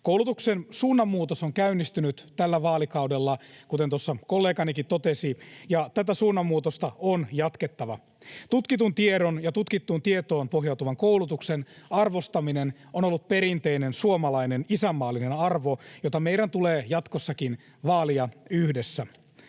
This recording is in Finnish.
Koulutuksen suunnanmuutos on käynnistynyt tällä vaalikaudella, kuten tuossa kolleganikin totesi, ja tätä suunnanmuutosta on jatkettava. Tutkitun tiedon ja tutkittuun tietoon pohjautuvan koulutuksen arvostaminen on ollut perinteinen suomalainen isänmaallinen arvo, jota meidän tulee jatkossakin vaalia yhdessä.